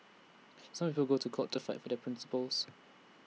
some people go to court to fight for their principles